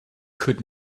could